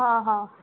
हां हां